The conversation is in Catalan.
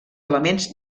elements